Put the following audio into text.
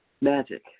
Magic